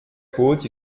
côte